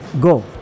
go